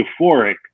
euphoric